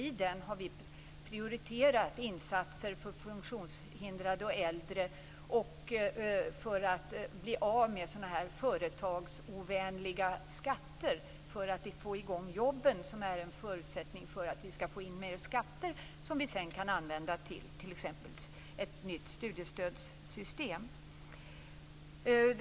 I den har vi prioriterat insatser för funktionshindrade och äldre för att bli av med sådana här företagsovänliga skatter; detta för att få i gång jobben, som är en förutsättning för att vi skall få in mer skatter som vi sedan kan använda t.ex. till ett nytt studiestödssystem.